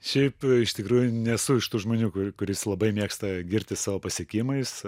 šiaip iš tikrųjų nesu iš tų žmonių kuri kuris labai mėgsta girtis savo pasiekimais